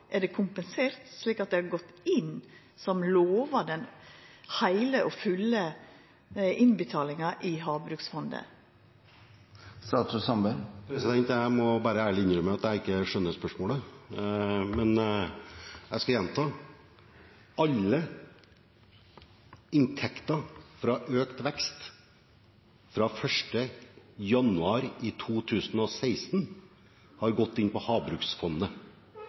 Er det kompensert, slik at dei har gått inn, som lova, i den heile og fulle innbetalinga i havbruksfondet? Jeg må bare ærlig innrømme at jeg ikke skjønner spørsmålet. Men jeg skal gjenta: Alle inntekter fra økt vekst, fra 1. januar 2016, har gått inn i havbruksfondet.